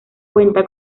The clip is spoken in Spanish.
cuenta